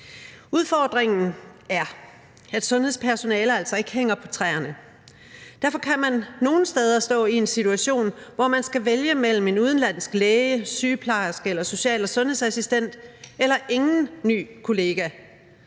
Udfordringen er, at sundhedspersonale altså ikke hænger på træerne. Derfor kan man nogle steder stå i en situation, hvor man skal vælge mellem en udenlandsk læge, sygeplejerske eller social- og sundhedsassistent eller ingen ny kollega.